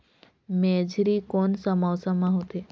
मेझरी कोन सा मौसम मां होथे?